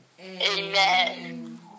Amen